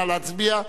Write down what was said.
נא להצביע.